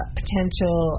potential